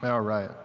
all right.